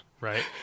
Right